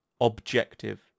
objective